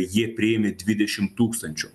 jie priėmė dvidešim tūkstančių